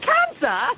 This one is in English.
Cancer